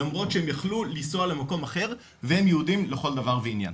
למרות שהם יכלו לנסוע למקום אחר והם יהודים לכל דבר ועניין.